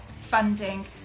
funding